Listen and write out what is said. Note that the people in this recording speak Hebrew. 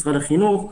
משרד החינוך,